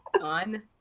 on